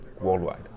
worldwide